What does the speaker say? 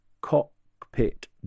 cockpit